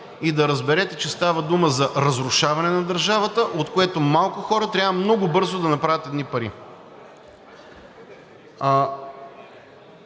И да разберете, че става дума за разрушаване на държавата, от което малко хора трябва много бързо да направят едни пари.